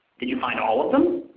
did you find all of them?